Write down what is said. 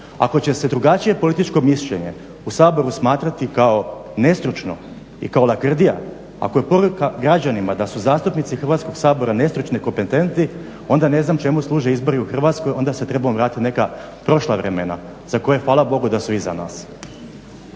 Ako će se drugačije političko mišljenje u Saboru smatrati kao nestručno i kao lakrdija, ako je poruka građanima da su zastupnici Hrvatskog sabora nestručni i nekompetentni onda ne znam čemu služe izbori u Hrvatskoj. Onda se trebamo vratiti u neka prošla vremena za koje Hvala bogu da su iza nas.